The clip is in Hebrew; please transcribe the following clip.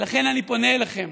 ולכן אני פונה אליכם: